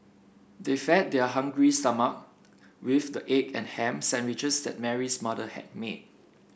they fed their hungry stomach with the egg and ham sandwiches that Mary's mother had made